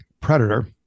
predator